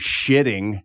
shitting